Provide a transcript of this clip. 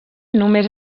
només